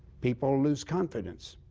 people lose confidence.